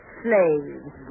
slaves